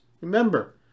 Remember